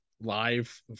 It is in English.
live